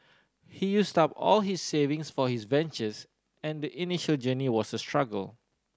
he used up all his savings for his ventures and the initial journey was a struggle